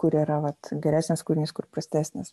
kur yra vat geresnis kūrinys kur prastesnis